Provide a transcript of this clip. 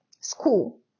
school